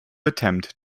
attempt